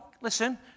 listen